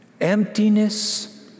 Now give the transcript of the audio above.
emptiness